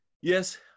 yes